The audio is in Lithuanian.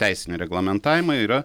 teisinį reglamentavimą yra